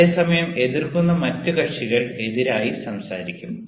അതേസമയം എതിർക്കുന്ന മറ്റ് കക്ഷികൾ എതിരായി സംസാരിക്കും